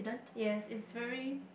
yes it's very